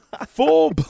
Full